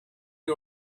you